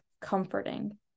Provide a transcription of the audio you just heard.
comforting